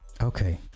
Okay